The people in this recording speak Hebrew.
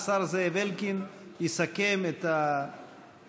השר זאב אלקין יסכם את הדיון,